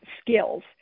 skills